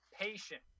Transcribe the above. patient